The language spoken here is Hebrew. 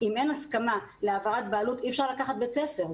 אם אין הסכמה להעברת בעלות אי אפשר לקחת בית ספר.